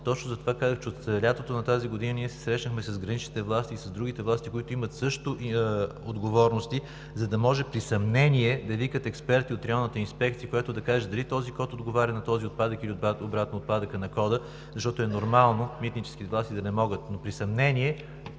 точно затова казах, че от лятото на тази година ние се срещнахме с граничните власти и с другите власти, които имат също отговорности, за да може при съмнение да викат експерти от районната инспекция, която да каже дали кодът отговаря на този отпадък или обратно – отпадъкът на кода, защото е нормално митническите власти да не могат, но при съмнение